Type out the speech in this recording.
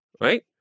Right